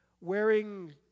wearing